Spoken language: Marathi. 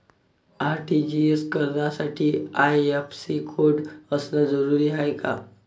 आर.टी.जी.एस करासाठी आय.एफ.एस.सी कोड असनं जरुरीच हाय का?